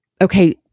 Okay